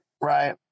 right